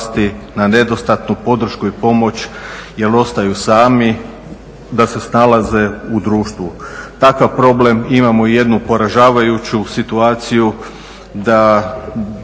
na nedostatnu podršku i pomoć, jer ostaju sami da se snalaze u društvu. Takav problem imamo i jednu poražavajuću situaciju da,